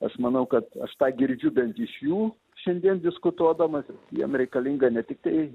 aš manau kad aš tą girdžiu bent iš jų šiandien diskutuodamas jiem reikalinga ne tiktai